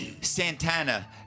Santana